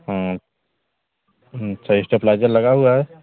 sir stabiliser लगा हुआ है